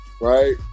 right